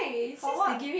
for what